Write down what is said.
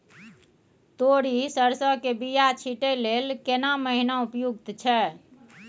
तोरी, सरसो के बीया छींटै लेल केना महीना उपयुक्त छै?